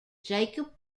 jacob